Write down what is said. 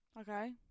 Okay